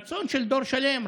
רצון של דור שלם,